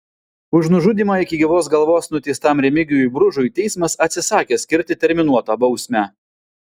už nužudymą iki gyvos galvos nuteistam remigijui bružui teismas atsisakė skirti terminuotą bausmę